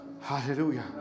hallelujah